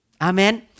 Amen